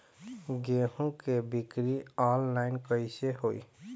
गेहूं के बिक्री आनलाइन कइसे होई?